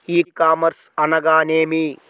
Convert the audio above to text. ఈ కామర్స్ అనగా నేమి?